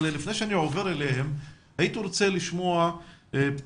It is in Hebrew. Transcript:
אבל לפני שאני עובר אליהם הייתי רוצה לשמוע בפתח